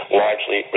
largely